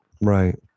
right